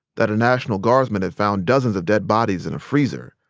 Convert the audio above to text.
that a national guardsman had found dozens of dead bodies in a freezer,